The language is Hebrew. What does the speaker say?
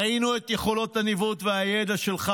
ראינו את יכולות הניווט והידע שלך